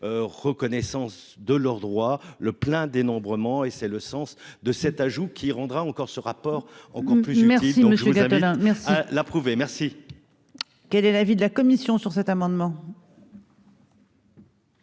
reconnaissance de leurs droits, le plein dénombrement et c'est le sens de cet ajout qui rendra encore ce rapport, on compte plus merci donc je vous appelle, hein, merci l'approuver, merci. Quel est l'avis de la commission sur cet amendement.